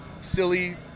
silly